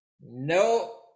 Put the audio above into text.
No